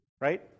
right